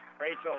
Rachel